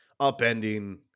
upending